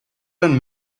own